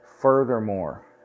furthermore